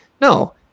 no